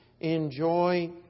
enjoy